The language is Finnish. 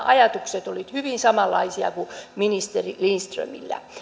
ajatukset olivat hyvin samanlaisia kuin ministeri lindströmillä